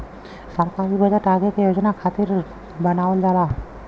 सरकारी बजट आगे के योजना खातिर बनावल जाला